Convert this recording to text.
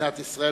מדינת ישראל